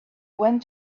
went